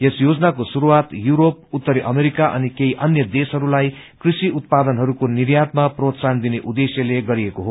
यस योजनाको शुरूआत यूरोप उत्तरी अमेरिका अनि केही अन्य देशहरूलाई कृषि उत्पादहरूको निर्यातमा प्रोत्साइन दिने उद्देश्यले गरिएको हो